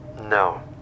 No